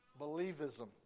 believism